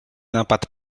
napad